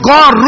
God